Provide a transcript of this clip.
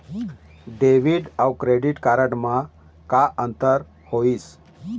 Debit अऊ credit card म का अंतर होइस?